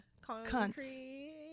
Concrete